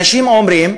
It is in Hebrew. אנשים אומרים,